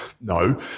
No